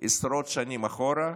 עשרות שנים אחורה,